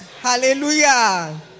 Hallelujah